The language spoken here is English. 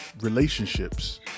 relationships